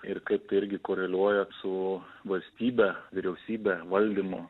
ir kaip tai irgi koreliuoja su valstybe vyriausybe valdymu